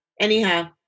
anyhow